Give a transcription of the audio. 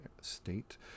State